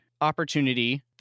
opportunity